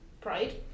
pride